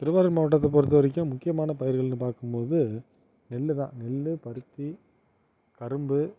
திருவாரூர் மாவட்டத்தை பொறுத்தவரைக்கும் முக்கியமான பகுதிகள்ன்னு பார்க்கும்போது நெல் தான் நெல் பருத்தி கரும்பு